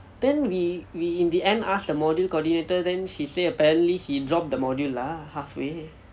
then we we in the end asked the module coordinator than she say apparently he dropped the module lah halfway